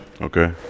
Okay